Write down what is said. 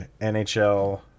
NHL